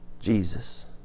Jesus